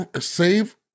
Save